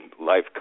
life